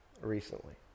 recently